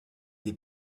des